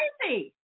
crazy